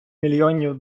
мільйонів